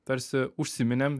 tarsi užsiminėm